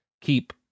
keep